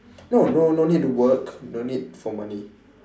no no no need to work no need for money